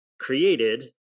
created